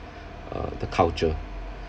err the culture